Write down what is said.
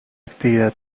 actividad